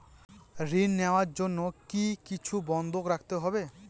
ঋণ নেওয়ার জন্য কি কিছু বন্ধক রাখতে হবে?